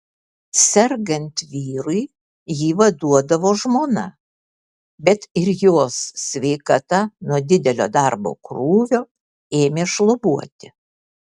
sergant vyrui jį vaduodavo žmona bet ir jos sveikata nuo didelio darbo krūvio ėmė šlubuoti